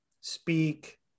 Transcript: speak